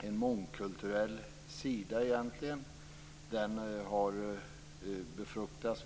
en mångkulturell sida. Den har befruktats.